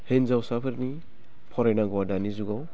हिन्जावसाफोरनि फरायनांगौआ दानि जुगाव